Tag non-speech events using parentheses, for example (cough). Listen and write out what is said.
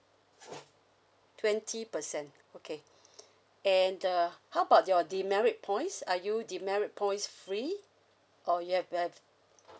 twenty percent okay (breath) and uh how about your demerit points are you demerit points free or you have you have